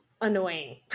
annoying